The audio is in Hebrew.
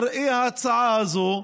בראי ההצעה הזאת,